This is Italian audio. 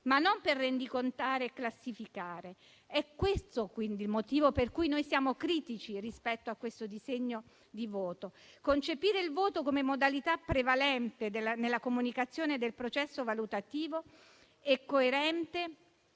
ma non per rendicontare e classificare. È questo il motivo per cui noi siamo critici rispetto a questo disegno di voto. Concepire il voto come modalità prevalente nella comunicazione del processo valutativo è coerente